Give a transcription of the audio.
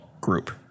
group